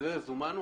לזה זומנו.